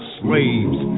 slaves